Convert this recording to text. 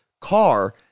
car